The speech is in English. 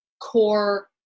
core